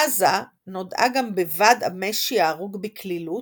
עזה נודעה גם בבד המשי הארוג בקלילות,